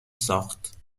ساخت